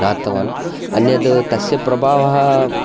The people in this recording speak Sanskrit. ज्ञातवान् अन्यद् तस्य प्रभावः